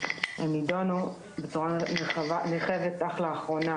שדברים נידונו בצורה נרחבת אך לאחרונה.